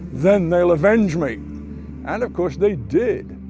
then they'll avenge me and of course, they did.